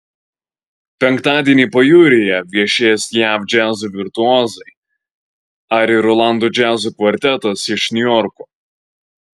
penktadienį pajūryje viešės jav džiazo virtuozai ari rolando džiazo kvartetas iš niujorko